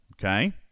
Okay